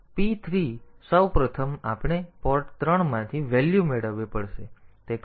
તેથી p 3 સૌ પ્રથમ આપણે પોર્ટ 3 માંથી વેલ્યુ મેળવવી પડશે